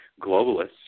globalists